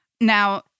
Now